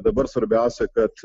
dabar svarbiausia kad